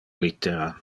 littera